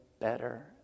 better